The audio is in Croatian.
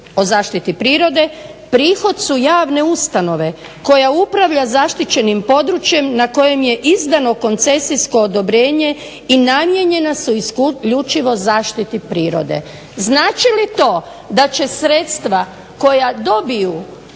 o zaštiti prirode prihod su javne ustanove koja upravlja zaštićenim područjem na kojem je izdano koncesijsko odobrenje i namijenjena su isključivo zaštiti prirode. Znači li to da će sredstva koja dobiju